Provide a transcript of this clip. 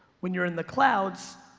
when you're in the clouds,